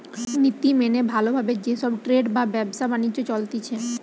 নীতি মেনে ভালো ভাবে যে সব ট্রেড বা ব্যবসা বাণিজ্য চলতিছে